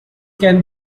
can